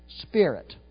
spirit